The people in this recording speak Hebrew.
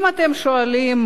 אתם שואלים: